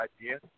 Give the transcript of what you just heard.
idea